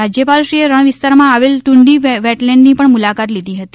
રાજ્યપાલશ્રીએ રણ વિસ્તારમાં આવેલ ટુંડી વેટલેન્ડની પણ મુલાકાત લીધી હતી